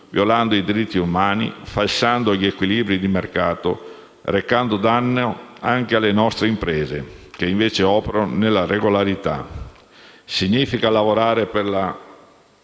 violando i diritti umani, falsando gli equilibri di mercato e recando danno anche alle nostre imprese, che invece operano nella regolarità. Questo significa lavorare per